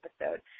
episode